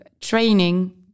training